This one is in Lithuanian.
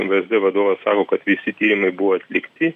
vsd vadovas sako kad visi tyrimai buvo atlikti